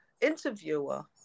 interviewer